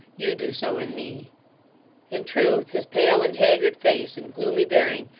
you do so in me in truth his pale and haggard face, and gloomy bearing,